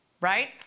right